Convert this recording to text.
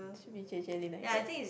should be J_J-Lin I guess